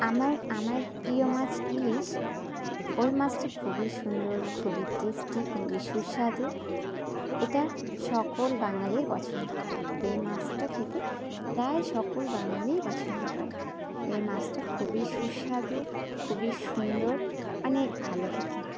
আমার আমার প্রিয় মাছ ইলিশ ওই মাছটা খুবই সুন্দর খুবই টেস্টি খুবই সুস্বাদু এটা সকল বাঙালির পছন্দ এই মাছটা খেতে প্রায় সকল বাঙালিই পছন্দ করে এই মাছটা খুবই সুস্বাদু খুবই সুন্দর অনেক ভালো খেতে